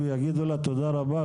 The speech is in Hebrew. יגידו לה תודה רבה,